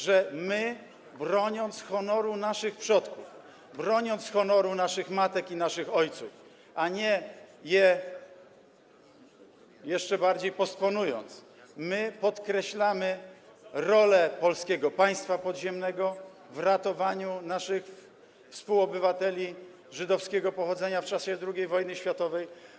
że broniąc honoru naszych przodków, broniąc honoru naszych matek i naszych ojców, a nie ich jeszcze bardziej postponując, podkreślamy rolę Polskiego Państwa Podziemnego w ratowaniu naszych współobywateli żydowskiego pochodzenia w czasie II wojny światowej.